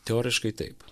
teoriškai taip